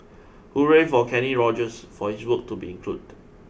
hooray for Kenny Rogers for his work to be include